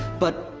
but.